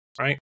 right